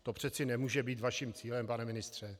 To přece nemůže být vaším cílem, pane ministře.